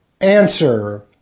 Answer